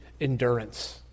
endurance